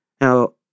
Now